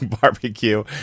Barbecue